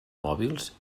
mòbils